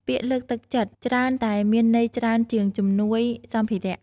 ពាក្យលើកទឹកចិត្តច្រើនតែមានន័យច្រើនជាងជំនួយសម្ភារៈ។